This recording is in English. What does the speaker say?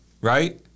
right